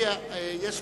יש פרוצדורה,